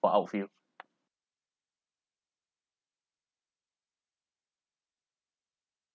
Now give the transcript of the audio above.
for outfield